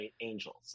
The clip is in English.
Angels